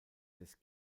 des